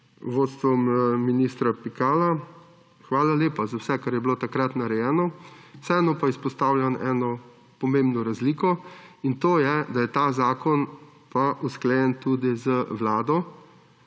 vodstvom ministra Pikala. Hvala lepa za vse, kar je bilo takrat narejeno, vseeno pa izpostavljam eno pomembno razliko, in to je, da je ta zakon pa usklajen tudi z Vlado